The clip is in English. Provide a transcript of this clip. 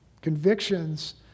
Convictions